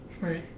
Right